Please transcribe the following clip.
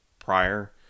Prior